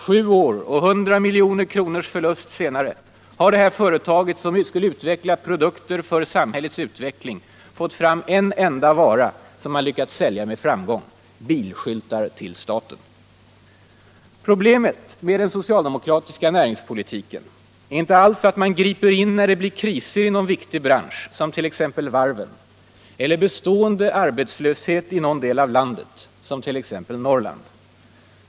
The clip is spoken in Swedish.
Sju år och ett hundratal miljoner kronors förlust senare har detta företag, som skulle utveckla produkter ”för samhällets utveckling”, fått fram en enda vara som man lyckats sälja med framgång: bilskyltar till staten! Problemet med den socialdemokratiska näringspolitiken är inte alls att man griper in när det blir kriser i någon viktig bransch, eller bestående arbetslöshet i någon del av landet, .